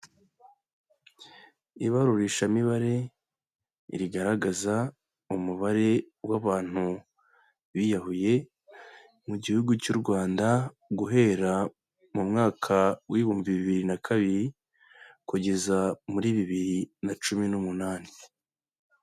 Ibarurishamibare rigaragaza umubare w'abantu biyahuye mu gihugu cy' u Rwanda, guhera mu mwaka w'ibihumbi bibiri na kabiri kugeza muri bibiri na cumi n'umunani.